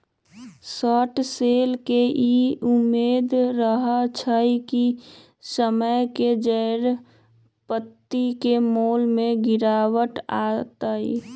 short seller के इ उम्मेद रहइ छइ कि समय के जौरे संपत्ति के मोल में गिरावट अतइ